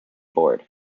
board